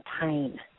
pain